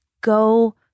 go